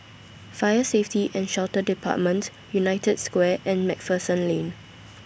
Fire Safety and Shelter department United Square and MacPherson Lane